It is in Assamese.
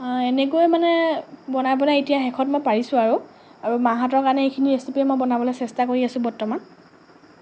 এনেকৈ মানে বনাই বনাই শেষত মই এতিয়া পাৰিছোঁ আৰু আৰু মাহঁতৰ কাৰণে এইখিনি ৰেচিপি মই বনাবলৈ চেষ্টা কৰি আছোঁ বৰ্তমান